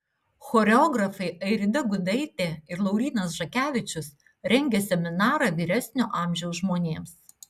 choreografai airida gudaitė ir laurynas žakevičius rengia seminarą vyresnio amžiaus žmonėms